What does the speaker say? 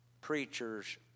preachers